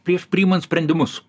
prieš priimant sprendimus